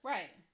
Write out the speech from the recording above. Right